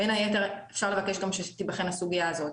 בין היתר אפשר לבקש גם שתיבחן הסוגיה הזאת,